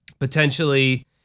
potentially